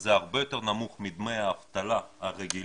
וזה הרבה יותר נמוך מדמי האבטלה הרגילים